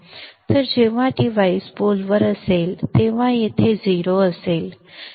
तर जेव्हा डिव्हाइस पोलवर असेल तेव्हा येथे 0 असेल